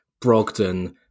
Brogdon